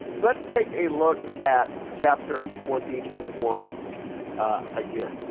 let's take a look at chapter twenty one again,